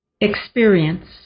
experience